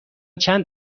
چند